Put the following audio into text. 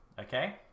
okay